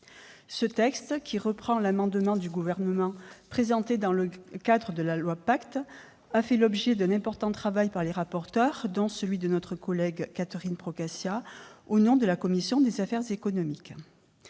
Ce texte, qui reprend un amendement que le Gouvernement avait présenté dans le cadre de la loi Pacte, a fait l'objet d'un important travail des rapporteurs, dont celui de notre collègue Catherine Procaccia, au nom de la commission des affaires économiques.